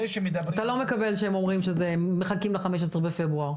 אתה לא מקבל את זה שהם אומרים שמחכים ל-15 בפברואר.